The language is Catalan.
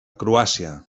croàcia